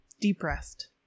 depressed